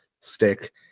stick